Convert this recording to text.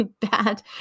bad